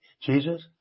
Jesus